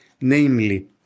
namely